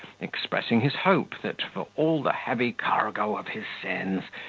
expressing his hope, that, for all the heavy cargo of his sins,